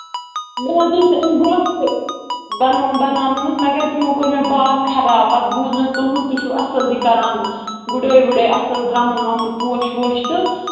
مےٚ حظ اوس اَمہِ برٛونہہ تہِ بناو بَناونومُت مَگر تِمو کوٚر مےٚ باغ خراب پَتہٕ بوٗز مےٚ تُہُنٛد تُہۍ چھِو اَصٕل یہِ کران گُڈٲے وُڈٲے اَصٕل درمُن وَمُن پوٚش ووٚش تہٕ